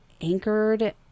anchored